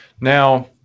Now